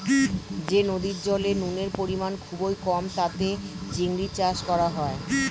যে নদীর জলে নুনের পরিমাণ খুবই কম তাতে চিংড়ির চাষ করা হয়